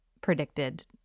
predicted